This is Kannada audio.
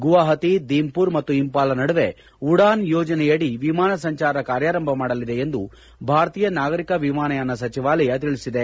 ಗುವಾಹತಿ ದೀಂಪುರ್ ಮತ್ತು ಇಂಪಾಲ ನಡುವೆ ಉಡಾನ್ ಯೋಜನೆಯಡಿ ವಿಮಾನ ಸಂಚಾರ ಕಾರ್ಯಾರಂಭ ಮಾಡಲಿದೆ ಎಂದು ಭಾರತೀಯ ನಾಗರಿಕ ವಿಮಾನಯಾನ ಸಚಿವಾಲಯ ತಿಳಿಸಿದೆ